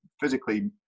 physically